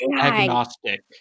agnostic